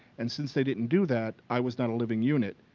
and since they didn't do that, i was not a living unit.